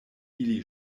ili